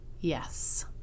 yes